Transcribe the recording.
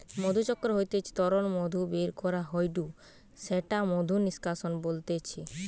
মধুচক্র হইতে তরল মধু বের করা হয়ঢু সেটা মধু নিষ্কাশন বলতিছে